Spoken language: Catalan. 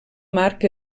marc